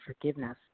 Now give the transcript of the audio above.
forgiveness